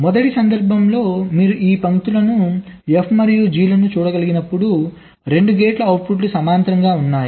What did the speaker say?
మొదటి సందర్భంలో మీరు ఈ పంక్తులు F మరియు G లను చూడగలిగినప్పుడు 2 గేట్ల అవుట్పుట్లు సమాంతరంగా ఉన్నాయి